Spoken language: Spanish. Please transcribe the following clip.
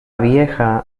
vieja